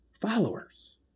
Followers